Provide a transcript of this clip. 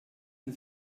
den